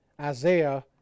Isaiah